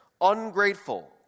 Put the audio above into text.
ungrateful